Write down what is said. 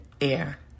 air